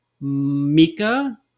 Mika